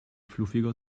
fluffiger